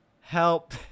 help